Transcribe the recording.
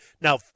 Now